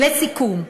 לסיכום,